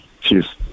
Cheers